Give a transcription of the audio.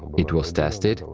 it was tested,